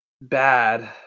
bad